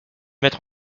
mettre